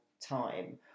time